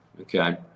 okay